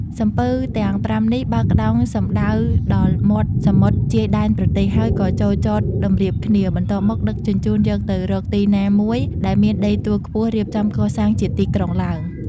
សំពៅទាំងប្រាំនេះ បើកក្តោងសំដៅដល់មាត់សមុទ្រជាយដែនប្រទេស ហើយក៏ចូលចតតម្រៀបគ្នា បន្ទាប់មកដឹកជញ្ជូនយកទៅរកទីណាមួយដែលមានដីទួលខ្ពស់រៀបចំកសាងជាទីក្រុងឡើង ។